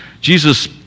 Jesus